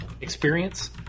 experience